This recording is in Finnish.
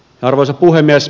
arvoisa puhemies